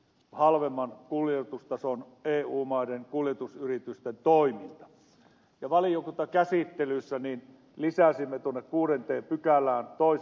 alman kuljetustasoon eu maiden kuljetusyritysten toimintaa jo valiokuntakäsittelyssä lisäsimmetulta kuudenteen pykälään pois